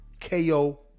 KO